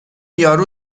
یارو